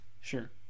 Sure